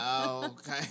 Okay